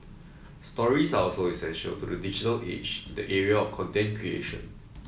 stories are also essential to the digital age in the area of content creation